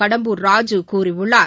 கடம்பூர் ராஜு கூறியுள்ளார்